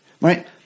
right